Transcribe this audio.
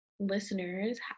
listeners